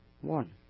one